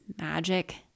magic